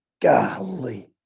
Golly